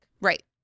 right